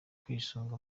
kwisunga